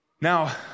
Now